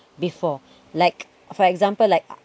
before like for example like